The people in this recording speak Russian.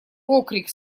окрик